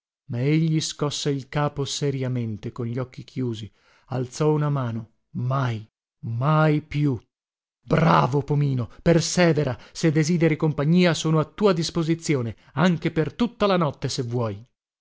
ma egli scosse il capo seriamente con gli occhi chiusi alzò una mano mai mai più bravo pomino persèvera se desideri compagnia sono a tua disposizione anche per tutta la notte se vuoi